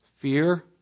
fear